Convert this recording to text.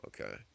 Okay